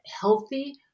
healthy